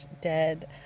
dead